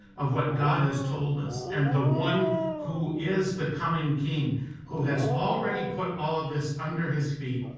of what god has told us and the one who is the coming king who has already put all of this under his feet,